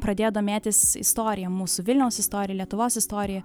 pradėjo domėtis istorija mūsų vilniaus istorija lietuvos istorija